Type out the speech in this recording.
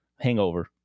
Hangover